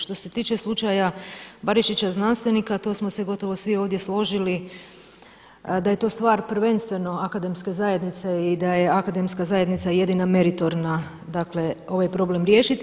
Što se tiče slučaja Barišić je znanstvenika to smo se gotovo svi ovdje složili da je to stvar prvenstveno akademske zajednice i da je akademska zajednica jedina meritorna dakle ovaj problem riješiti.